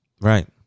Right